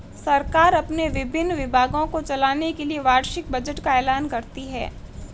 सरकार अपने विभिन्न विभागों को चलाने के लिए वार्षिक बजट का ऐलान करती है